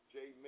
Jay